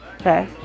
okay